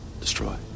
destroy